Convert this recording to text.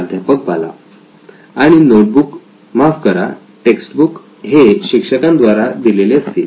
प्राध्यापक बाला आणि नोटबुक माफ करा टेक्स्ट बुक्स हे शिक्षकांना द्वारा दिलेले असतील